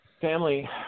family